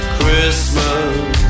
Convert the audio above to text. Christmas